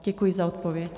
Děkuji za odpověď.